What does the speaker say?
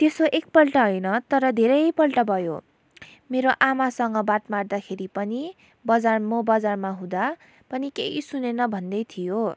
त्यसो एकपल्ट होइन तर धेरैपल्ट भयो मेरो आमासँग बात मार्दाखेरि पनि बजार म बजारमा हुँदा पनि केही सुनेन भन्दै थियो